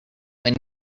when